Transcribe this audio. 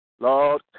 Lord